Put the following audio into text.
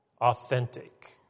authentic